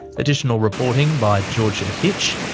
additional reporting by georgia hitch,